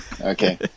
Okay